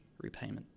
repayment